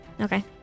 Okay